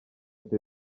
the